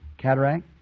cataract